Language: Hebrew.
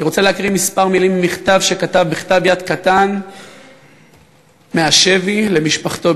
אני רוצה להקריא כמה מילים ממכתב שכתב בכתב יד קטן מהשבי למשפחתו,